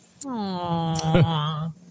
Aww